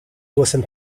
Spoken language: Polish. głosem